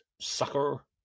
sucker